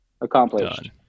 accomplished